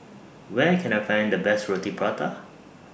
Where Can I Find The Best Roti Prata